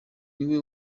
niwe